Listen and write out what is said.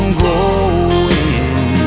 growing